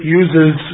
uses